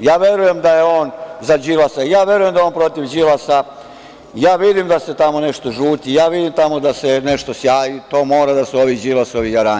ja verujem da je on za Đilasa, ja verujem da je on protiv Đilasa, ja vidim da se tamo nešto žuti, ja vidim tamo da se nešto sjaji, to mora da su ovi Đilasovi jarani.